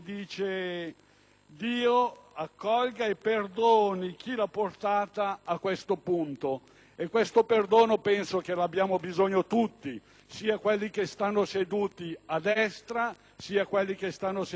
«Dio accolga e perdoni chi l'ha portata a questo punto». E di questo perdono penso che abbiamo bisogno tutti, sia quelli che stanno seduti a destra sia quelli che stanno seduti a sinistra